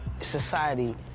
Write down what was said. Society